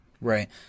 Right